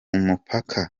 mupaka